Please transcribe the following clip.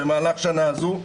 במהלך השנה הזאת.